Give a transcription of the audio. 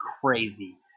crazy